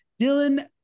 Dylan